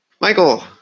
Michael